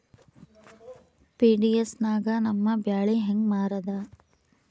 PDS ನಾಗ ನಮ್ಮ ಬ್ಯಾಳಿ ಹೆಂಗ ಮಾರದ?